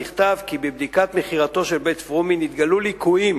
נכתב כי בבדיקת מכירתו של בית-פרומין התגלו ליקויים